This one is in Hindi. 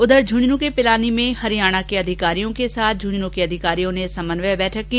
उघर झुंझुन् के पिलानी में हरियाणा के अधिकारियों के साथ झुंझुन् के अधिकारियों ने समन्वय बैठक की